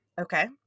okay